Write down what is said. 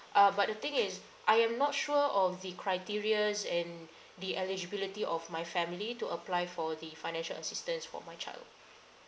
uh but the thing is I am not sure of the criterias and the eligibility of my family to apply for the financial assistance for my child